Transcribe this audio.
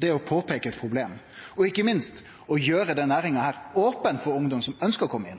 Det er å påpeike eit problem, og ikkje minst å gjere den